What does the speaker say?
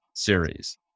Series